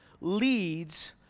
leads